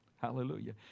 Hallelujah